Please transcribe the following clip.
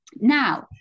Now